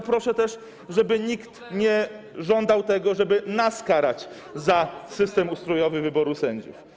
Ale proszę też, żeby nikt nie żądał tego, żeby nas karać za system ustrojowy wyboru sędziów.